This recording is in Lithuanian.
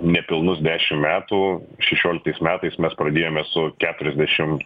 nepilnus dešim metų šešioliktais metais mes pradėjome su keturiasdešim